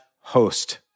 host